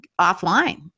offline